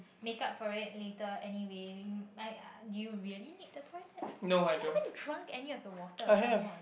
makeup for it later anyway might do you really need the toilet you haven't drunk any of your water come on